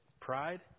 pride